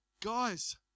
guys